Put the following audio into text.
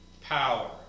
power